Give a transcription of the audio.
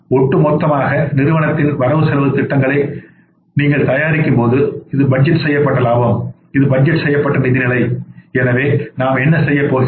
ஒட்டுமொத்தமாக நிறுவனத்திற்கான வரவு செலவுத் திட்டங்களை நீங்கள் தயாரிக்கும்போது இது பட்ஜெட் செய்யப்பட்ட லாபம் இது பட்ஜெட் செய்யப்பட்ட நிதி நிலை எனவே நாம் என்ன செய்யப் போகிறோம்